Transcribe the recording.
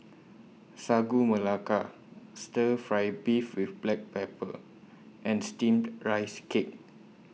Sagu Melaka Stir Fry Beef with Black Pepper and Steamed Rice Cake